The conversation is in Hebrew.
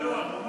ביזיון.